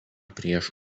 prieš